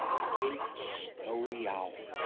snowy owl!